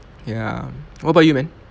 ya what about you man